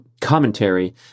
commentary